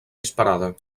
disparada